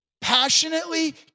Passionately